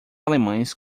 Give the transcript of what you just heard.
alemães